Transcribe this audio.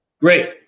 Great